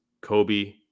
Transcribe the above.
Kobe